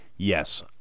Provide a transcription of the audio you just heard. Yes